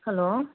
hello